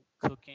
cooking